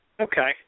Okay